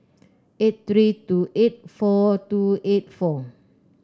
eight three two eight four two eight four